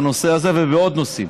בנושא הזה ובעוד נושאים,